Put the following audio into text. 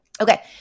Okay